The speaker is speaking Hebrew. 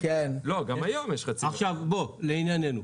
עכשיו לענייננו.